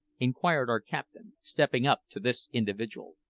inquired our captain, stepping up to this individual.